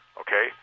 okay